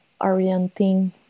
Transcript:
orienting